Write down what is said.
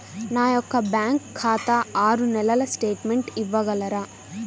నా యొక్క బ్యాంకు ఖాతా ఆరు నెలల స్టేట్మెంట్ ఇవ్వగలరా?